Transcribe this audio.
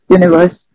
universe